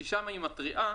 כי שם היא מתריעה